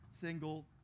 single